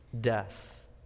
death